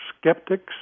skeptics